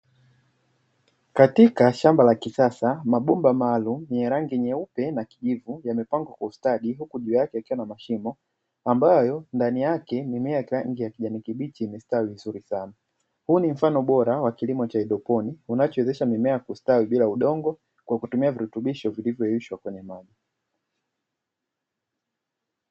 Katika shamba la kisasa, mabomba maalumu yenye rangi nyeupe na kijivu, yamepangwa kwa ustadi huku juu yake yakiwa na mashimo, ambayo ndani yake mimea ya kijani kibichi imestawi sana. Huu ni mfano bora wa kilimo cha haidroponi, unachowezesha mimea kusitawi bila udongo, kwa kutumia virutubisho vilivyoyeyushwa kwenye maji.